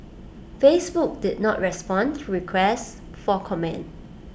Facebook did not respond to A request for comment